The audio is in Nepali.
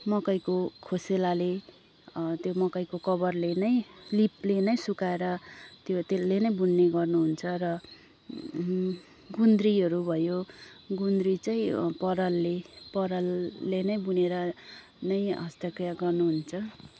मकैको खोसेलाले त्यो मकैको कबरले नै लिपले नै सुकाएर त्यो त्यसले नै बुन्ने गर्नु हुन्छ र गुन्द्रीहरू भयो गुन्द्री चाहिँ परालले परालले नै बुनेर नै हस्त क्रिया गर्नु हुन्छ